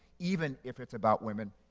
even if it's about women.